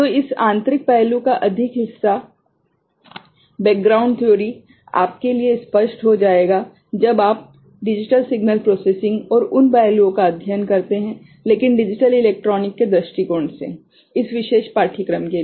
तो इस आंतरिक पहलू का अधिक हिस्सा पृष्ठभूमि सिद्धांत आपके लिए स्पष्ट हो जाएगा जब आप डिजिटल सिग्नल प्रोसेसिंग और उन पहलुओं का अध्ययन करते हैं लेकिन डिजिटल इलेक्ट्रॉनिक्स के दृष्टिकोण से इस विशेष पाठ्यक्रम के लिए